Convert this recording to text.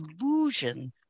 illusion